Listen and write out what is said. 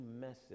message